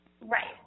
Right